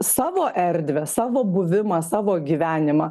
savo erdvę savo buvimą savo gyvenimą